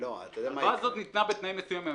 -- ההלוואה הזאת ניתנה בתנאים מסוימים.